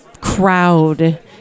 crowd